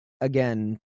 again